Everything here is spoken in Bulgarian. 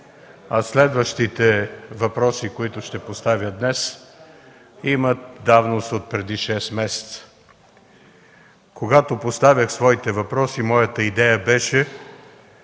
а следващите въпроси, които ще поставя днес, имат давност отпреди шест месеца. Когато поставях своите въпроси, моята идея беше